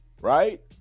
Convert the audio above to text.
right